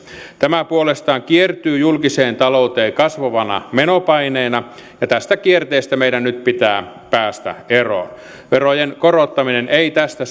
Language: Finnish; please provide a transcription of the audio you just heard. tämä puolestaan kiertyy julkiseen talouteen kasvavana menopaineena ja tästä kierteestä meidän nyt pitää päästä eroon verojen korottaminen ei tästä